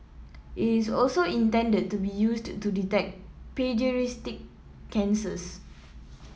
it's also intended to be used to detect paediatric cancers